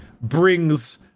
brings